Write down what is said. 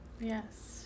Yes